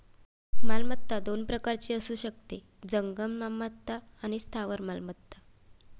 मालमत्ता दोन प्रकारची असू शकते, जंगम मालमत्ता आणि स्थावर मालमत्ता